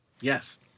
Yes